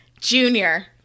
Junior